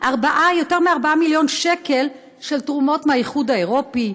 יותר מ-4 מיליון שקלים של תרומות מהאיחוד האירופי,